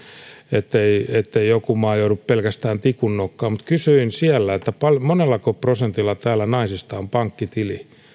ettei joku maa joudu pelkästään tikunnokkaan mutta kysyin siellä monellako prosentilla täällä naisista on pankkitili